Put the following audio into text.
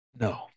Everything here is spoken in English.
No